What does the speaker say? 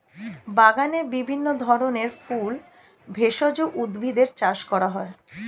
বাগানে বিভিন্ন ধরনের ফুল, ভেষজ উদ্ভিদের চাষ করা হয়